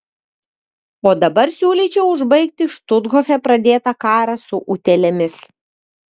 o dabar siūlyčiau užbaigti štuthofe pradėtą karą su utėlėmis